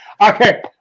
Okay